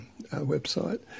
website